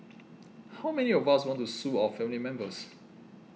how many of us would want to sue our family members